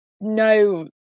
no